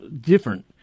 Different